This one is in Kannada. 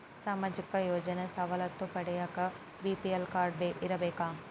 ಸಾಮಾಜಿಕ ಯೋಜನೆ ಸವಲತ್ತು ಪಡಿಯಾಕ ಬಿ.ಪಿ.ಎಲ್ ಕಾಡ್೯ ಇರಬೇಕಾ?